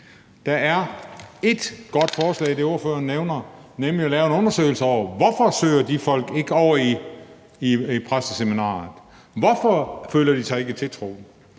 Der er ét godt forslag i det, ordføreren nævner, nemlig at lave en undersøgelse over, hvorfor de folk ikke søger over i præsteseminaret, hvorfor de ikke føler